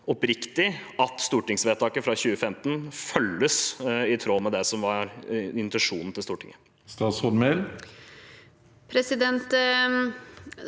oppriktig at stortingsvedtaket fra 2015 følges i tråd med det som var intensjonen til Stortinget? Statsråd